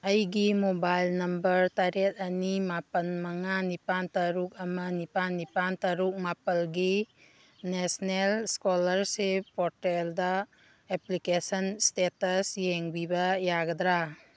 ꯑꯩꯒꯤ mobile number ꯇꯔꯦꯠ ꯑꯅꯤ ꯃꯥꯄꯟ ꯃꯉꯥ ꯅꯤꯄꯥꯟ ꯇꯔꯨꯛ ꯑꯃ ꯅꯤꯄꯥꯟ ꯅꯤꯄꯥꯟ ꯇꯔꯨꯛ ꯃꯥꯄꯟꯒꯤ ꯅꯦꯁꯅꯦꯜ ꯁ꯭ꯀꯣꯂꯔꯁꯤꯞ ꯄꯣꯔꯇꯦꯜꯗ ꯑꯦꯄ꯭ꯂꯤꯀꯦꯁꯟ ꯁ꯭ꯇꯦꯇꯁ ꯌꯦꯡꯕꯤꯕ ꯌꯥꯒꯗ꯭ꯔꯥ